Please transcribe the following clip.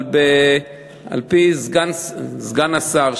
אבל על-פי סגן השר,